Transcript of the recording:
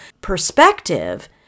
perspective